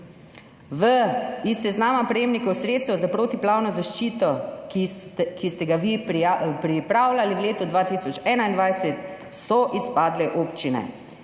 Iz seznama prejemnikov sredstev za protipoplavno zaščito, ki ste ga vi pripravljali v letu 2021, so izpadle občine